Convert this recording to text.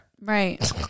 Right